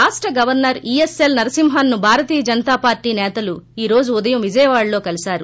రాష్ట governor ESL నరసింహన్ను భారతీయ జనతాపార్టీ సేతలు ఈ రోజు ఉదయం విజయవాడలో కలిశారు